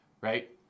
right